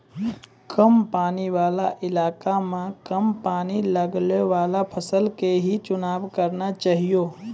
कम पानी वाला इलाका मॅ कम पानी लगैवाला फसल के हीं चुनाव करना चाहियो